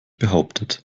behauptet